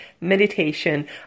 meditation